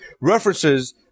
references